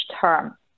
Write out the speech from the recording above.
term